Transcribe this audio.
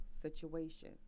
situation